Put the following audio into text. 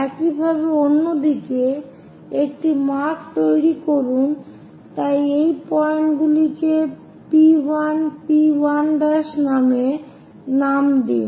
একইভাবে অন্য দিকে একটি মার্ক তৈরি করুন তাই এই পয়েন্টগুলিকে P1 এবং P1 নামে নাম দিন